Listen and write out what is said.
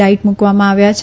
light મુકવામાં આવ્યા છે